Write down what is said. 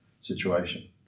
situation